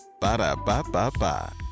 Ba-da-ba-ba-ba